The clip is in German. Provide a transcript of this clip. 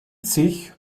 sich